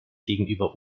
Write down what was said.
gegenüber